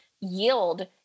yield